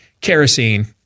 kerosene